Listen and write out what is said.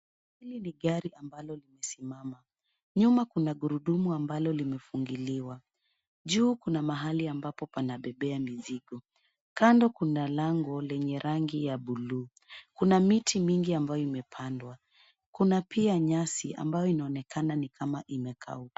Hii ni gari ambalo limesimama. Nyuma kuna gurudumu ambalo limefungiliwa. Juu kuna mahali ambapo panabebea mizigo. Kando kuna lango lenye rangi ya buluu ,kuna miti mingi ambayo imependwa, kuna pia nyasi ambayo inaonekana kama imekauka.